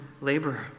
laborer